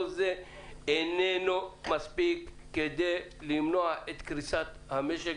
כל זה אינו מספיק כדי למנוע את קריסת המשק,